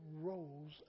roles